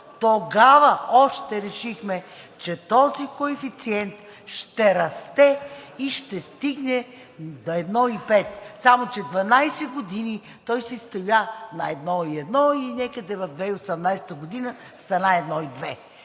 тогава още решихме, че този коефициент ще расте и ще стигне до 1,5. Само че 12 години той си стоя на 1,1 и някъде в 2018 г. стана 1,2.